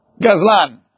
Gazlan